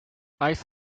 ice